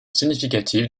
significative